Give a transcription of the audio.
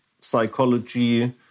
psychology